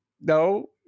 No